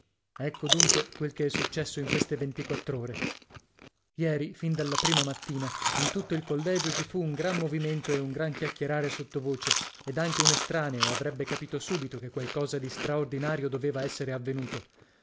ecco dunque quel che è successo in queste ventiquattr'ore ieri fin dalla prima mattina in tutto il collegio ci fu un gran movimento e un gran chiacchierare sottovoce ed anche un estraneo avrebbe capito subito che qualcosa di straordinario doveva essere avvenuto